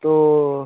तो